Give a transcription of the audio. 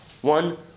One